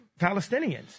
Palestinians